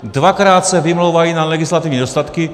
Dvakrát se vymlouvali na legislativní nedostatky.